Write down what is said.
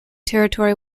territory